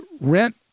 rent